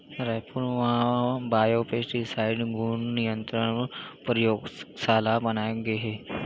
रायपुर म बायोपेस्टिसाइड गुन नियंत्रन परयोगसाला बनाए गे हे